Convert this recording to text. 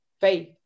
faith